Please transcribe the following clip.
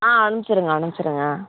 ஆ அனுப்ச்சுருங்க அனுப்ச்சுருங்க